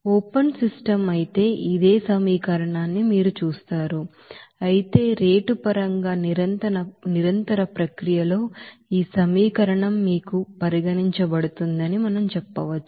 open system అయితే ఇదే సమీకరణాన్ని మీరు చూస్తారు అయితే రేటు పరంగా నిరంతర ప్రక్రియలో ఈ సమీకరణం మీకు పరిగణించబడుతుందని మనం చెప్పవచ్చు